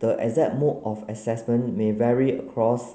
the exact mode of assessment may vary across